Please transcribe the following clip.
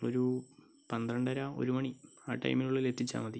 ഒരു പന്ത്രണ്ടര ഒരു മണി ആ ടൈമിനുള്ളിൽ എത്തിച്ചാൽ മതി